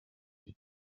die